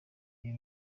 uyu